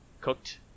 cooked